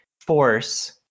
force